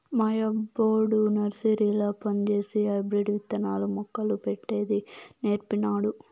మా యబ్బొడు నర్సరీల పంజేసి హైబ్రిడ్ విత్తనాలు, మొక్కలు పెట్టేది నీర్పినాడు